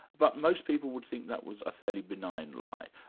but most people would think that was a fairly benign lie.